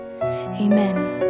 amen